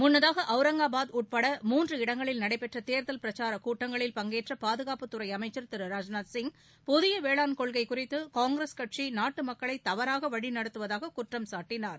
முன்னதாக அவரங்காபாத் உட்பட மூன்று இடங்களில் நடைபெற்ற தேர்தல் பிரச்சாரக் கூட்டங்களில் பங்கேற்ற பாதுகாப்புத்துறை அமைக்சா் திரு ராஜ்நூத்சிங் புதிய வேளாண் கொள்கை குறித்து காங்கிரஸ் கட்சி நாட்டு மக்களை தவறாக வழிநடத்துவதாக குற்றம்சாட்டினார்